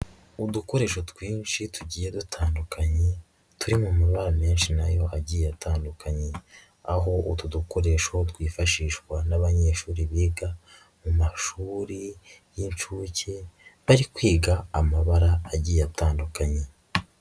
Udukoresho twinshi tugiye dutandukanye turi mu mabara menshi nayo agiye atandukanye, aho utu dukoresho twifashishwa n'abanyeshuri biga mu mashuri y'inshuke, bari kwiga amabara agiye atandukanye.